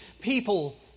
people